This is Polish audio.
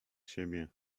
siebie